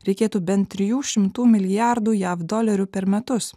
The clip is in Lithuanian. reikėtų bent trijų šimtų milijardų jav dolerių per metus